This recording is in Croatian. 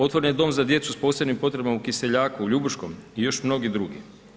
Otvoren je dom za djecu s posebnim potrebama u Kiseljaku, u Ljubuškom i još mnogi drugi.